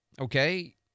okay